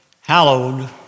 hallowed